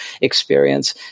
experience